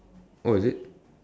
oh is it